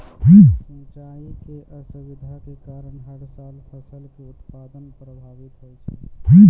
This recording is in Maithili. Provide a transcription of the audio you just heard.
सिंचाई के असुविधा के कारण हर साल फसल के उत्पादन प्रभावित होय छै